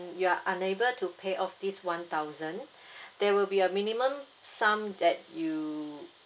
you are unable to pay off this one thousand there will be a minimum sum that you